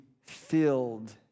filled